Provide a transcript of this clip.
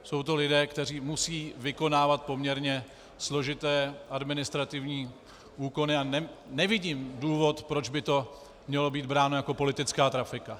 Jsou to lidé, kteří musí vykonávat poměrně složité administrativní úkony, a nevidím důvod, proč by to mělo být bráno jako politická trafika.